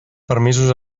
permisos